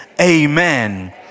amen